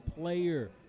player